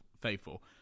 faithful